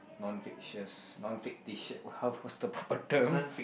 non factious non fictitious how what's the proper term